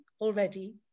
already